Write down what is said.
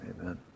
amen